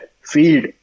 field